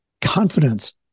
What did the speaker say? confidence